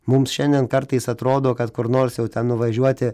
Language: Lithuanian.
mums šiandien kartais atrodo kad kur nors jau ten nuvažiuoti